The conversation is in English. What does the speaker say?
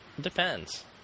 Depends